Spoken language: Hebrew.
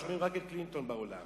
שומעים רק את קלינטון בעולם,